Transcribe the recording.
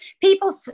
people